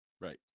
Right